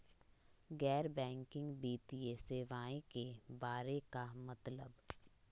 गैर बैंकिंग वित्तीय सेवाए के बारे का मतलब?